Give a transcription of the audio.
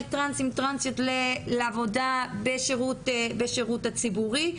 טרנסים וטרנסיות לעבודה בשירות הציבורי,